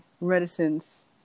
reticence